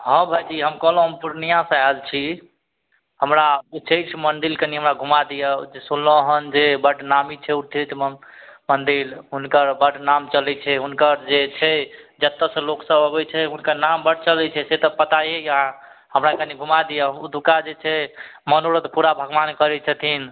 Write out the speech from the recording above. हँ भाइजी हम कहलहुँ हम पूर्णियासँ आयल छी हमरा उच्चैठ मन्दिर कनि हमरा घुमा दिअ सुनलहुँ हन जे बड नामी छै उच्चैठ मन मन्दिर हुनकर बड नाम चलय छै हुनकर जे छै जतयसँ लोक सभ अबय छै हुनकर नाम बड़ चलय छै से तऽ पताये यऽ हमरा कनि घुमा दिअ ओतुका जे छै मनोरथ पूरा भगवान करय छथिन